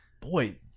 boy